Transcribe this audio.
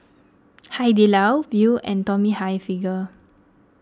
Hai Di Lao Viu and Tommy Hilfiger